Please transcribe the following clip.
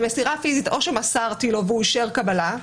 במסירה פיזית או שמסרתי לו והוא אישר קבלה,